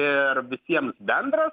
ir visiems bendras